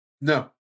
No